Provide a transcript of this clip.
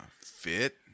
Fit